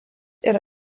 yra